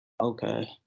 Okay